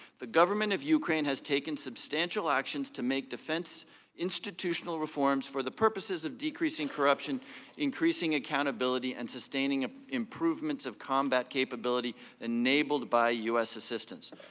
the government of ukraine has taken substantial actions to make defense institutional reforms for the purposes of decreasing corruption and increasing accountability and sustaining ah improvements of combat capability enabled by use assistance.